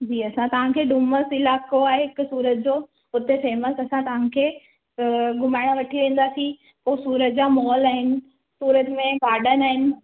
जी असां तव्हांखे डुमस इलाइक़ो आहे हिकु सूरत जो उते फैमस असां तव्हांखे घुमाइण वठी वेंदासीं पोइ सूरत जा मॉल आहिनि सूरत में गार्डन आहिनि